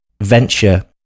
venture